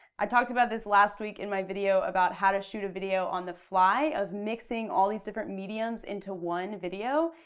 i talked about this last week in my video about how to shoot a video on the fly of mixing all these different mediums into one video.